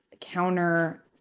counter